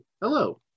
hello